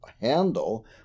handle